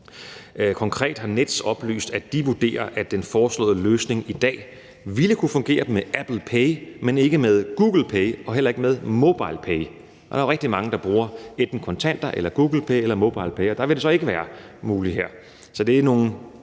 Konkret har Nets oplyst, at de vurderer, at den foreslående løsning i dag ville kunne fungere med Apple Pay, men ikke med Google Pay og heller ikke med MobilePay. Der er rigtig mange, der bruger enten kontanter eller Google Pay eller MobilePay, og der vil det så ikke være muligt. Så alene